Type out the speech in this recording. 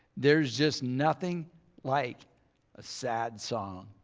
there's just nothing like a sad song.